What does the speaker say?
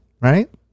right